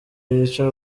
yica